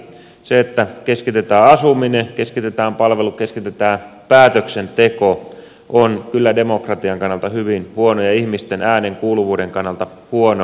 se että keskitetään asuminen keskitetään palvelut keskitetään päätöksenteko on kyllä demokratian kannalta hyvin huono ja ihmisten äänen kuuluvuuden kannalta huono asia